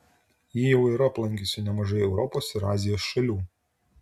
ji jau yra aplankiusi nemažai europos ir azijos šalių